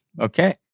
Okay